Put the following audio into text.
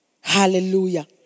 Hallelujah